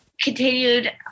continued